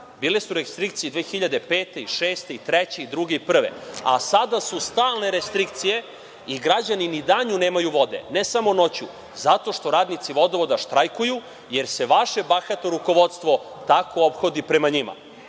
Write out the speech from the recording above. Bile su restrikcije 2005, 2006. i 2003. i 2002. i 2001. godine, a sada su stalne restrikcije i građani ni danju nemaju vode, ne samo noću, zato što radnici vodovoda štrajkuju, jer se vaše bahato rukovodstvo tako ophodi prema njima.